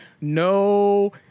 no